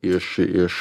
iš iš